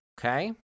Okay